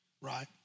right